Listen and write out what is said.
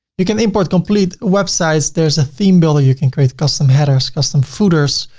you can import complete websites. there's a theme builder. you can create custom headers, custom footers,